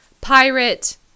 pirate